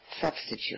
substitute